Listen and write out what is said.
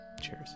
Cheers